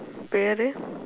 பெயர்:peyar